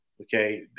okay